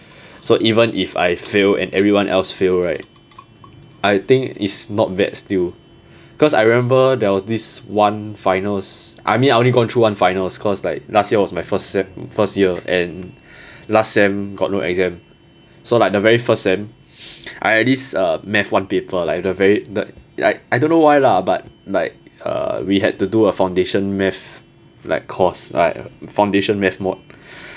so even if I fail and everyone else fail right I think is not bad still cause I remember there was this one finals I mean I only go through one final cause like last year was my first sem first year and last sem got no exam so like the very first sem I at least uh math one paper like the very that like I don't know why lah but like uh we had to do a foundation math like course like foundation maths mod